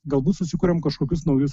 galbūt susikuriam kažkokius naujus